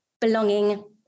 belonging